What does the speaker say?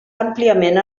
àmpliament